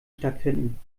stattfinden